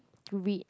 to read